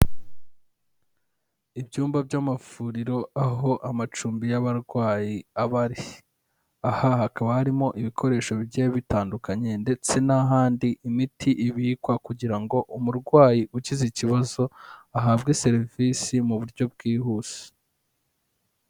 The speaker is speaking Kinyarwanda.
Ibyumba by'amavuriro, aho amacumbi y'abarwayi aba ari, aha hakaba harimo ibikoresho bijye bitandukanye, ndetse n'ahandi imiti ibikwa kugira ngo umurwayi ugize ikibazo ahabwe serivisi mu buryo bwihuse.